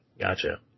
Gotcha